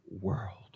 world